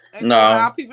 no